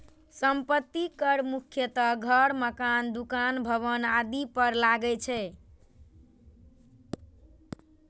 संपत्ति कर मुख्यतः घर, मकान, दुकान, भवन आदि पर लागै छै